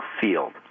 field